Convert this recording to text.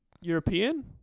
European